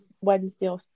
Wednesday